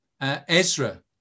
Ezra